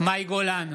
מאי גולן,